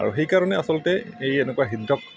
আৰু সেইকাৰণে আচলতে এই এনেকুৱা হৃদৰোগ